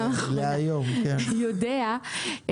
אדוני יודע,